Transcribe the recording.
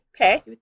Okay